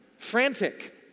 frantic